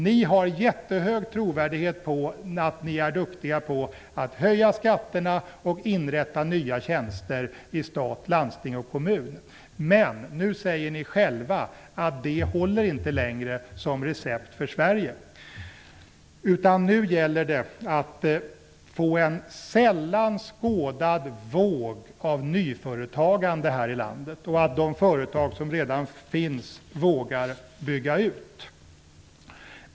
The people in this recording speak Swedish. Ni har jättehög trovärdighet och är duktiga när det gäller att höja skatterna och inrätta nya tjänster i stat, landsting och kommun. Men nu säger ni själva att detta inte håller längre som recept för Sverige. Nu gäller det att få en sällan skådad våg av nyföretagande här i landet och att de företag som redan finns vågar bygga ut.